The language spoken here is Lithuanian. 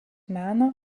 meno